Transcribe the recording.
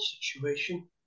situation